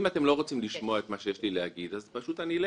אם אתם לא רוצים לשמוע את מה שיש לי להגיד אז פשוט אלך.